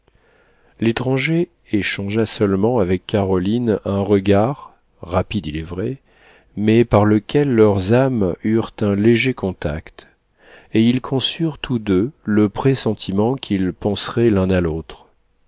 l'étranger échangea seulement avec caroline un regard rapide il est vrai mais par lequel leurs âmes eurent un léger contact et ils conçurent tous deux le pressentiment qu'ils penseraient l'un à l'autre